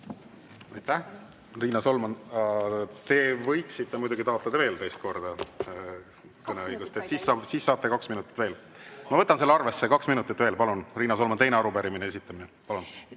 Riina Solman, te võiksite muidugi taotleda veel teist korda kõneõigust. Siis saate kaks minutit veel. Ma võtan selle arvesse, kaks minutit veel. Palun, Riina Solman, teine arupärimise esitamine. Aitäh!